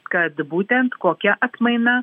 kad būtent kokia atmaina